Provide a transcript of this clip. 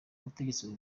ubutegetsi